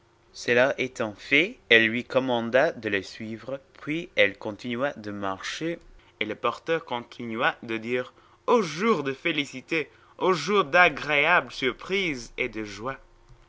cela étant fait elle lui commanda de la suivre puis elle continua de marcher et le porteur continua de dire ô jour de félicité ô jour d'agréable surprise et de joie